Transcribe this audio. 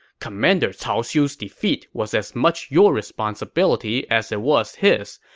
commander cao xiu's defeat was as much your responsibility as it was his.